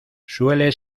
suele